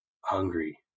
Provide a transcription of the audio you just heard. hungry